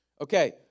Okay